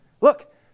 Look